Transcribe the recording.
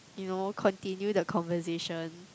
you know continue the conversation